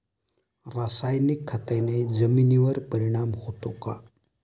रासायनिक खताने जमिनीवर परिणाम होतो का?